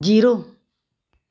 zero